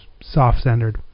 soft-centered